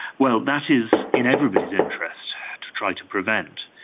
well, that is in everybody's interest to try to prevent.